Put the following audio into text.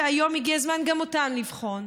והיום הגיע הזמן גם אותן לבחון.